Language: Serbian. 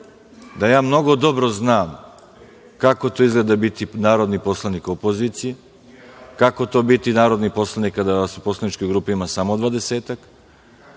da ja mnogo dobro znam kako to izgleda biti narodni poslanik opozicije, kako je to biti narodni poslanik kada vas u poslaničkoj grupi ima samo